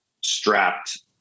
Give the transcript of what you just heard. strapped